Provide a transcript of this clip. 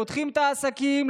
פותחים את העסקים,